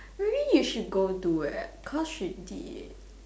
maybe you should go do eh cause she did